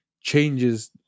changes